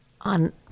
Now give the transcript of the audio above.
on